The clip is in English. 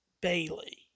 Bailey